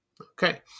Okay